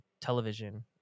television